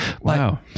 Wow